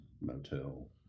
motel